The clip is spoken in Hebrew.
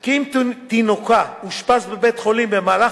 כי אם שתינוקה אושפז בבית-החולים במהלך